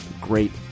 great